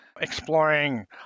exploring